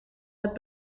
het